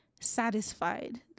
satisfied